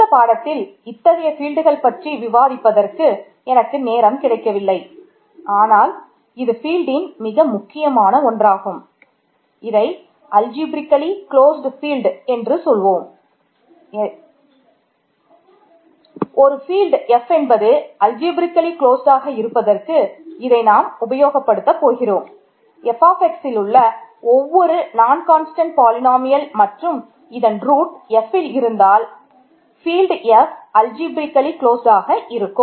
இந்தப் பாடத்தில் இத்தகைய ஃபீல்ட்கள் இருக்கும்